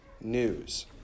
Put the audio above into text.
news